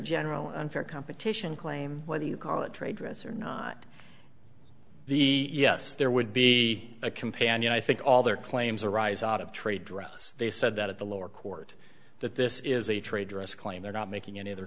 general unfair competition claim whether you call it trade dress or not the yes there would be a companion i think all their claims arise out of trade dress they said that at the lower court that this is a trade dress claim they're not making any other